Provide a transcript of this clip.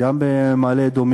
הזה.